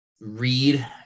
read